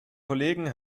kollegen